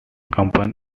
company